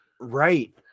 Right